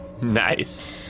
nice